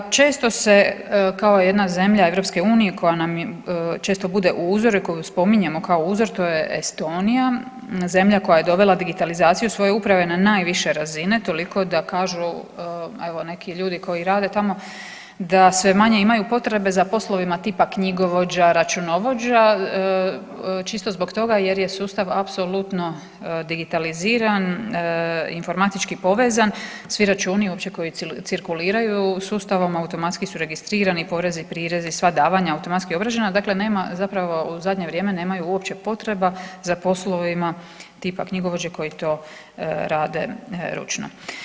Često se kao jedna zemlja EU koja nam često bude uzor koju spominjemo kao uzor to je Estonija, zemlja koja je dovela digitalizaciju svoje uprave na najviše razine, toliko da kažu evo neki ljudi koji rade tamo da sve manje imaju potrebe za poslovima tipa knjigovođa, računovođa čisto zbog toga jer je sustav apsolutno digitaliziran, informatički povezan, svi računi koji uopće cirkuliraju sustavom automatski su registrirani porezi, prirezi, sva davanja automatski obrađena dakle nema zapravo u zadnje vrijeme nemaju uopće potreba za poslovima tipa knjigovođe koji to rade ručno.